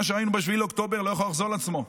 מה שראינו ב-7 באוקטובר לא יכול לחזור על עצמו.